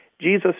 Jesus